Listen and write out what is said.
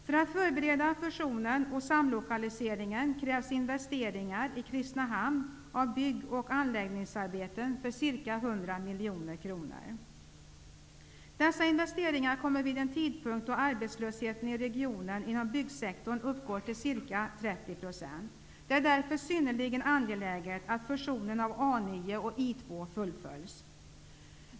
För att förbereda fusionen och samlokaliseringen krävs investeringar i Dessa investeringar kommer vid en tidpunkt då arbetslösheten i regionen inom byggsektorn uppgår till ca 30 %. Det är därför synnerligen angeläget att fusionen av A 9 och I 2 fullföljs.